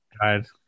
Guys